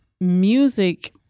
music